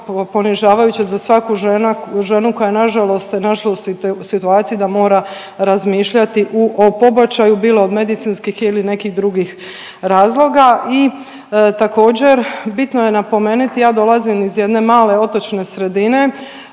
ponižavajuće za svaku ženu koja na žalost se našla u situaciji da mora razmišljati u o pobačaju bilo od medicinskih ili nekih drugih razloga i također bitno je napomeniti ja dolazim iz jedne male otočne sredine,